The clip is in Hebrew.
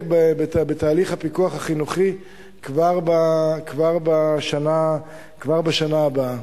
מתהליך הפיקוח החינוכי כבר בשנה הבאה.